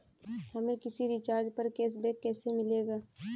हमें किसी रिचार्ज पर कैशबैक कैसे मिलेगा?